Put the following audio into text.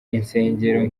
insengero